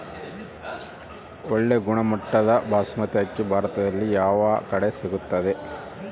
ಒಳ್ಳೆ ಗುಣಮಟ್ಟದ ಬಾಸ್ಮತಿ ಅಕ್ಕಿ ಭಾರತದಲ್ಲಿ ಯಾವ ಕಡೆ ಸಿಗುತ್ತದೆ?